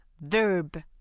verb